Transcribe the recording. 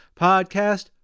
podcast